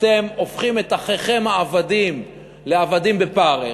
אתם הופכים את אחיכם העבדים לעבדים בפרך,